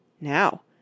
Now